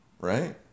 right